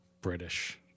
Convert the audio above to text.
British